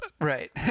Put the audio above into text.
Right